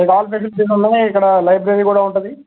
all facilities ఉన్నాయి ఇక్కడ library కూడా ఉంటుంది